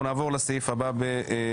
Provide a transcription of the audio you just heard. אנחנו עוברים לסעיף ד',